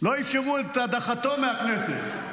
לא אפשרו את הדחתו מהכנסת.